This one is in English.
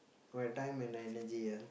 my time and energy ah